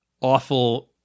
awful